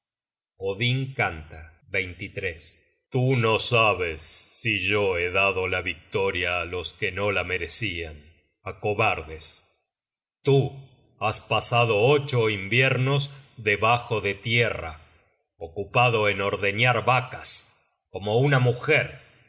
at odin canta tú no sabes si yo he dado la victoria á los que no la merecian á cobardes tú has pasado ocho inviernos debajo de tierra ocupado en ordeñar vacas como una mujer